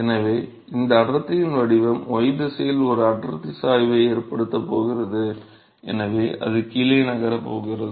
எனவே இந்த அடர்த்தியின் வடிவம் y திசையில் ஒரு அடர்த்தி சாய்வை ஏற்படுத்தப் போகிறது எனவே அது கீழே நகரப் போகிறது